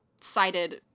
sided